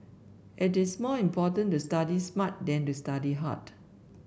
it is more important to study smart than to study hard